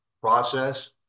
process